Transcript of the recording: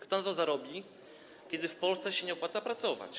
Kto na to zarobi, kiedy w Polsce nie opłaca się pracować?